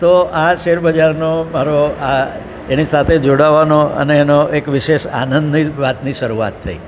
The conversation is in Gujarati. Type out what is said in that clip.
તો આ શેરબજારનો મારો અને એની સાથે જોડાવવાનો એક વિશેષ આનંદની વાતની શરૂઆત થઈ